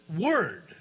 word